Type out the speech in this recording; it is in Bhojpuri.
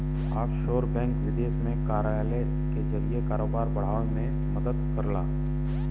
ऑफशोर बैंक विदेश में कार्यालय के जरिए कारोबार बढ़ावे में मदद करला